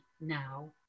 now